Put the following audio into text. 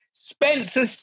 Spencer